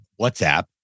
WhatsApp